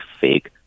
fake